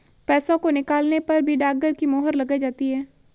पैसों को निकालने पर भी डाकघर की मोहर लगाई जाती है